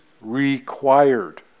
required